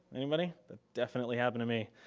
anybody? that definitely happened to me.